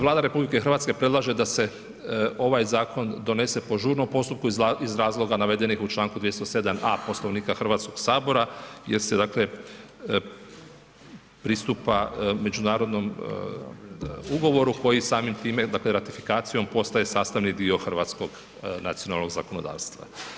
Vlada RH predlaže da se ovaj zakon donese po žurnom postupku iz razloga navedenih u članku 207.a Poslovnika Hrvatskoga sabora jer se dakle pristupa međunarodnom ugovoru koji samim time, dakle ratifikacijom postaje sastavni dio hrvatskog nacionalnog zakonodavstva.